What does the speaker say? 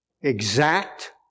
exact